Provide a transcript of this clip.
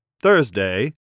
Thursday